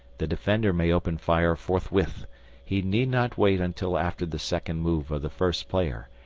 the defender may open fire forthwith he need not wait until after the second move of the first player,